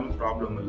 problem